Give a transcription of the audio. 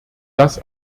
das